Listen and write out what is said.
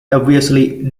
obviously